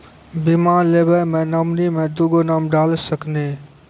बीमा लेवे मे नॉमिनी मे दुगो नाम डाल सकनी?